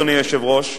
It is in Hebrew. אדוני היושב-ראש,